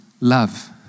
love